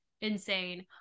insane